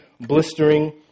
blistering